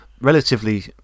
Relatively